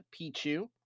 Pichu